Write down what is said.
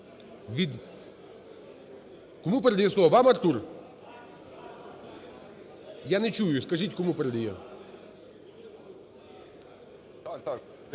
Кому передає слово, вам, Артуре? Я не чую. Скажіть, кому передає.